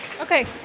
Okay